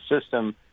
system